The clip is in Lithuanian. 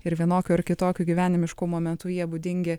ir vienokiu ar kitokiu gyvenimišku momentu jie būdingi